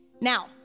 Now